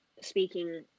speaking